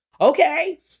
Okay